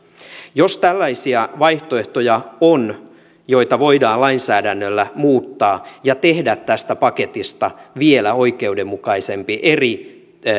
jos on tällaisia vaihtoehtoja joita voidaan lainsäädännöllä muuttaa ja tehdä tästä paketista vielä oikeudenmukaisempi eri